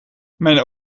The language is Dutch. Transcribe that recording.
mijn